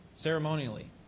ceremonially